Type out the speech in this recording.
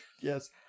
Yes